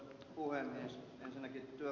arvoisa puhemies